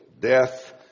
death